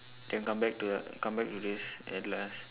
then come back to the come back to this at last